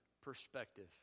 perspective